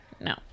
No